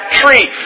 tree